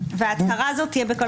והצהרה הזו תהיה בכל